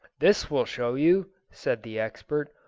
this will show you, said the expert,